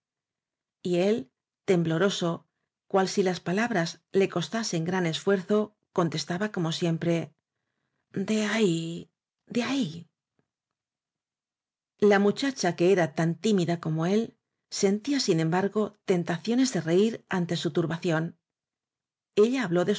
él tembloroso cual si las palabras le cos tasen gran esfuerzo contestaba como siempre de ahí de ahí la muchacha que era tan tímida como él sentía sin embarco tentaciones de reir ante su turbación ella habló